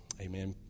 Amen